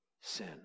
sin